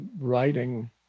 writing